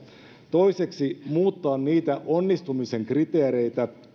toiseksi muuttaa niitä onnistumisen kriteereitä